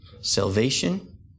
salvation